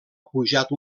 pujat